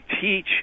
teach